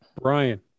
Brian